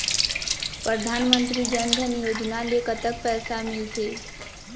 परधानमंतरी जन धन योजना ले कतक पैसा मिल थे?